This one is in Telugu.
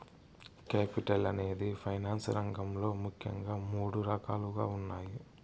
కేపిటల్ అనేది ఫైనాన్స్ రంగంలో ముఖ్యంగా మూడు రకాలుగా ఉన్నాయి